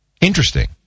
interesting